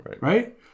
right